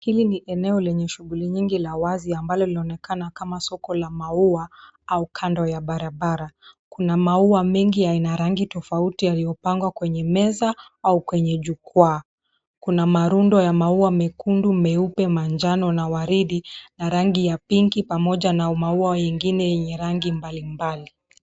Hili ni eneo lenye shughuli nyingi la wazi ambalo linaonekana kama soko la maua au kando ya barabara. Kuna maua mengi ya aina rangi tofauti yaliyopangwa kwenye meza, au kwenye jukwaa. Kuna marundo ya maua mekundu, meupe, manjano na waridi, na rangi ya pinki pamoja na maua yengine yenye rangi mbalimbali.